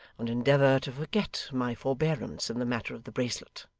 and endeavour to forget my forbearance in the matter of the bracelet.